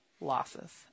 Losses